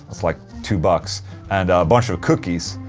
it's like two bucks and a bunch of cookies.